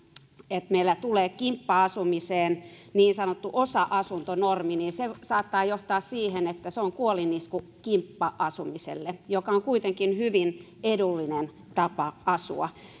että meillä tulee kimppa asumiseen niin sanottu osa asuntonormi saattaa johtaa siihen että se on kuolinisku kimppa asumiselle joka on kuitenkin hyvin edullinen tapa asua